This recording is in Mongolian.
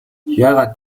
яагаад